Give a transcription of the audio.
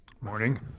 Morning